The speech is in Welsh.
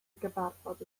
gyfarfod